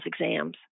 exams